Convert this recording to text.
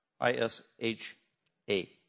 I-S-H-A